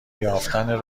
یافتن